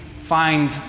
find